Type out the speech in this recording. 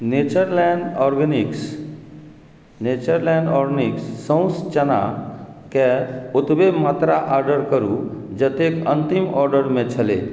Natureland Organics सौंस चनाके ओतबे मात्रा ऑर्डर करू जतेक अन्तिम ऑर्डरमे छलै